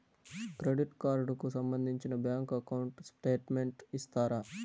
Credit card కు సంబంధించిన bank account statement ఇస్తారా?